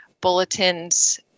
bulletins